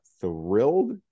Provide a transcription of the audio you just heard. thrilled